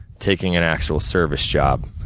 taking an actual service job.